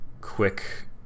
quick